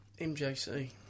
MJC